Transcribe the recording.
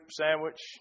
sandwich